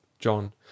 John